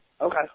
Okay